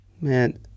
Man